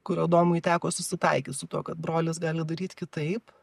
kur adomui teko susitaikyt su tuo kad brolis gali daryt kitaip